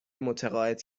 متقاعد